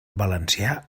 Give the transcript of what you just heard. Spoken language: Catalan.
valencià